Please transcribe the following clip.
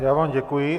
Já vám děkuji.